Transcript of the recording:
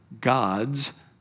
God's